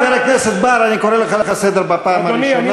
חבר הכנסת בר, אני קורא אותך לסדר בפעם הראשונה.